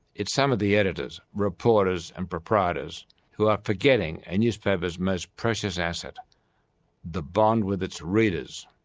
it's some of the editors, reporters, and proprietors who are forgetting a newspaper's most precious asset the bond with its readers.